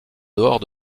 dehors